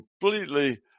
completely